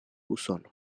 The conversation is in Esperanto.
usono